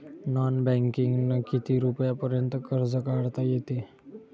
Non बँकिंगनं किती रुपयापर्यंत कर्ज काढता येते?